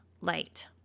light